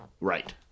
Right